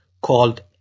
called